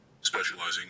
specializing